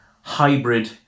hybrid